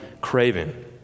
craving